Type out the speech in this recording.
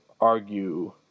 argue